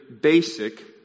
basic